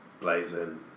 blazing